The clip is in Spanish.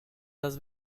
las